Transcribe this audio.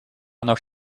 nog